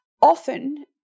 often